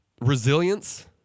Resilience